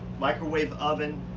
microwave oven.